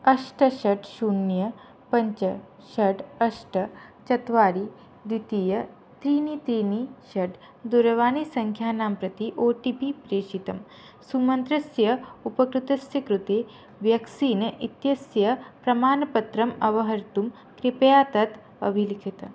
अष्ट षट् शून्यं पञ्च षड् अष्ट चत्वारि द्वितीयं त्रीणि त्रीणि षड् दूरवाणीसङ्ख्यानां प्रति ओ टि पि प्रेषितं सुमन्त्रस्य उपकृतस्य कृते व्याक्सीने इत्यस्य प्रमाणपत्रम् अवाहर्तुं कृपया तत् अविलिखत